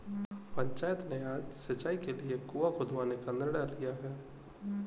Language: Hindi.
पंचायत ने आज सिंचाई के लिए कुआं खुदवाने का निर्णय लिया है